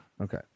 Okay